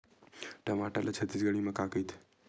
टमाटर ला छत्तीसगढ़ी मा का कइथे?